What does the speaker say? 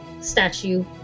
Statue